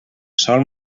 sol